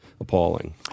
appalling